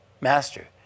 master